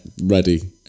ready